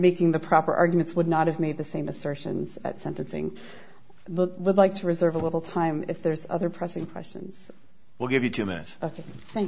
making the proper arguments would not have made the same assertions at sentencing look like to reserve a little time if there's other pressing questions will give you two minutes